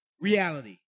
reality